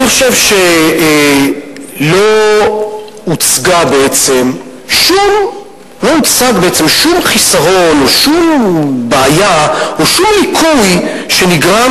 אני חושב שלא הוצג בעצם שום חיסרון או שום בעיה או שום ליקוי שנגרם